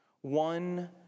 one